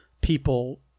people